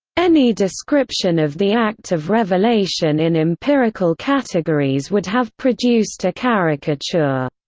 any description of the act of revelation in empirical categories would have produced a caricature.